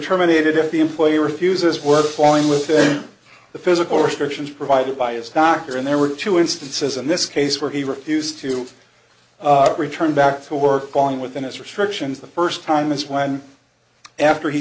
terminated if the employer fuses were falling within the physical restrictions provided by his doctor and there were two instances in this case where he refused to return back to work gone within his restrictions the first time this one after he